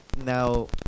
now